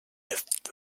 lived